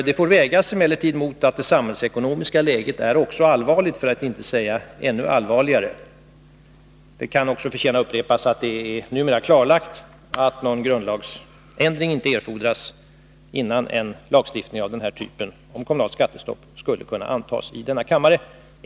Det får emellertid vägas mot att det samhällsekonomiska läget också är allvarligt, för att inte säga ännu allvarligare än det kommunalekonomiska. Det kan förtjäna upprepas att det nu är klarlagt att någon grundlagsändring inte erfordras, innan en lagstiftning av den här typen om kommunalt skattestopp skulle kunna antas i denna kammare.